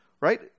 right